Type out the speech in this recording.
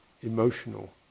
emotional